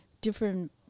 different